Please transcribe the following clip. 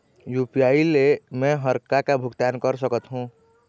UPI ले मे हर का का भुगतान कर सकत हो?